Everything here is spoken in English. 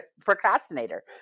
procrastinator